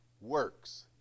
works